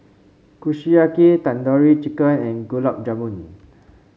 Kushiyaki Tandoori Chicken and Gulab Jamun